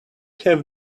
have